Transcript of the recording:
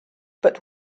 but